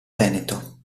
veneto